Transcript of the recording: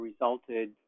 resulted